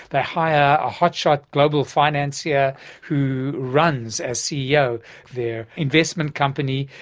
they hire a hotshot global financier who runs as ceo their investment company,